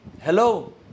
Hello